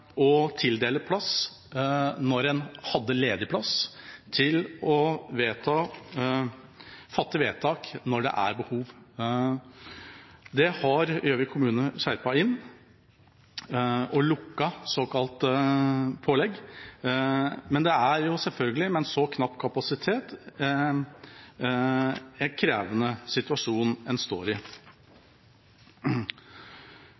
å tildele plass når en hadde ledig plass, til å fatte vedtak når det er behov. Det har Gjøvik kommune skjerpet inn og lukket såkalte pålegg, men det er selvfølgelig, med en så knapp kapasitet, en krevende situasjon en står i.